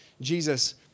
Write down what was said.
Jesus